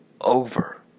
over